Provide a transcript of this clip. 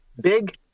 Big